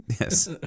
Yes